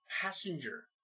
Passenger